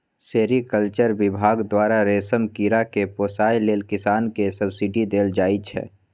sericulture बिभाग द्वारा रेशम कीरा केँ पोसय लेल किसान केँ सब्सिडी देल जाइ छै